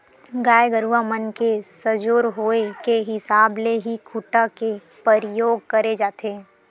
गाय गरुवा मन के सजोर होय के हिसाब ले ही खूटा के परियोग करे जाथे